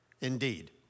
indeed